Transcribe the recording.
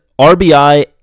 RBI